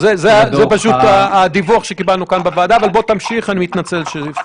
כי הוא פוטר את משרד הבריאות מאחריות לנקוט בצעדים שהם